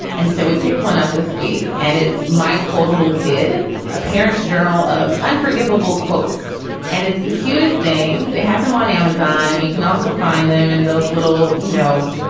and so we picked one up this week and it's my quotable kid aparents journal of unforgivable quotes and it's the cutest thing they have them on amazon and you can also find them and those little, you know,